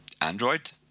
Android